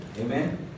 Amen